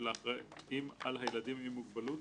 של האחראים על הילדים עם מוגבלות